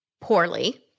poorly